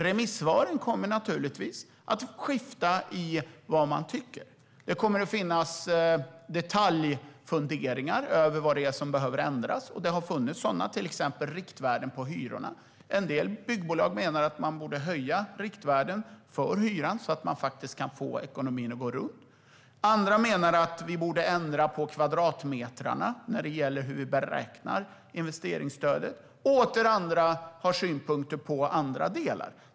Remissvaren kommer naturligtvis att skifta beträffande vad man tycker. Det kommer att finnas detaljfunderingar om vad som behöver ändras. Det har funnits sådana, till exempel när det gäller riktvärden på hyrorna. En del byggbolag menar att man borde höja riktvärden för hyran, så att man kan få ekonomin att gå runt. Andra menar att vi borde ändra beträffande kvadratmetrarna i beräkningen av investeringsstödet. Åter andra har synpunkter på andra delar.